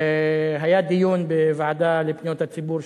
היה דיון בוועדה לפניות הציבור,